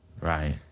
Right